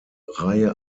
reihe